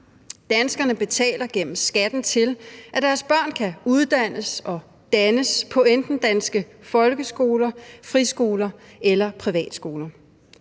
Danskerne betaler gennem skatten til, at deres børn kan uddannes og dannes på enten danske folkeskoler, friskoler eller privatskoler;